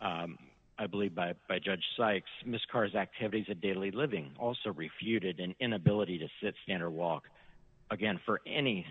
i believe by by judge sykes miss carr's activities of daily living also refuted an inability to sit stand or walk again for any